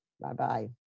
Bye-bye